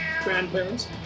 grandparents